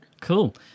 cool